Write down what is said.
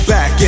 Back